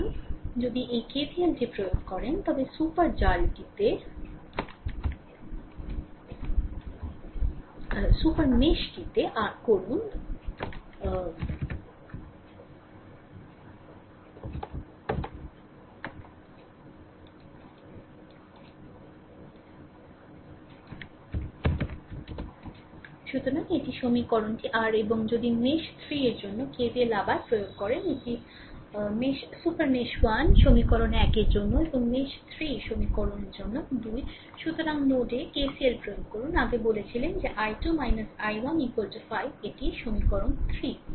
সুতরাং যদি এই KVLটি প্রয়োগ করেন তবে সুপার meshটিতে r করুন সুতরাং এটি সমীকরণটি r এবং যদি মেশ 3 এর জন্য KVL আবার প্রয়োগ করুন এটি আর সমীকরণ এটি মেশ সুপার মেশ 1 সমীকরণ 1 এর জন্য এবং মেশ 3 সমীকরণের জন্য 2 সুতরাং নোড এ এ KCL প্রয়োগ করুন আগে বলেছিলেন যে i2 i1 5 এটি সমীকরণ 3